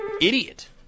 idiot